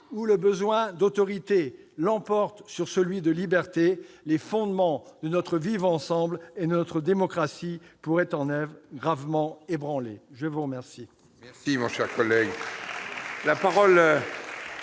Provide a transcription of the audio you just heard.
où le besoin d'autorité l'emporte sur celui de liberté, les fondements de notre vivre ensemble et de notre démocratie pourraient en être gravement ébranlés. Très bien